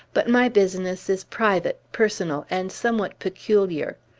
but my business is private, personal, and somewhat peculiar.